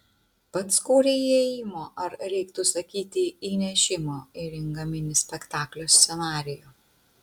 pats kūrei įėjimo ar reiktų sakyti įnešimo į ringą mini spektaklio scenarijų